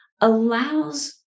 allows